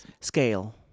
Scale